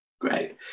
Great